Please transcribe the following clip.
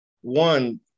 one